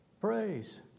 praise